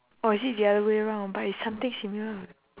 or is it the other way round but it's something similar lah